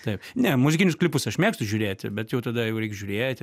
taip ne muzikinius klipus aš mėgstu žiūrėti bet jau tada jau reik žiūrėti